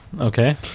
Okay